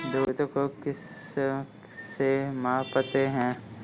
दूध को किस से मापते हैं?